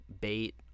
bait